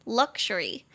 luxury